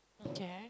okay